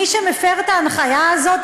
מי שמפר את ההנחיה הזאת,